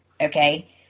Okay